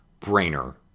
brainer